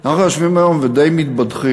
אנחנו יושבים היום ודי מתבדחים.